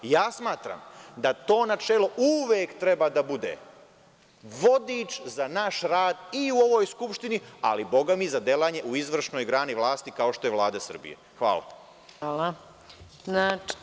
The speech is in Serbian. Ja sam smatram da to načelo uvek treba da bude vodič za naš rad i u ovoj Skupštini, ali bogami i za delanje u izvršnoj grani vlasti, kao što je Vlada Srbije. hvala.